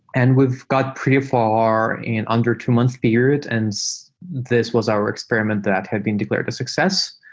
and we've got pretty far and under two-month period, and this was our experiment that had been declared a success.